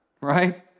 right